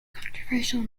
controversial